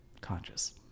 conscious